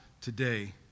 today